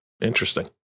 Interesting